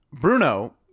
Bruno